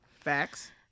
Facts